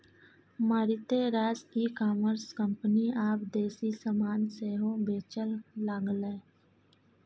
मारिते रास e commerce company आब देसी समान सेहो बेचय लागलै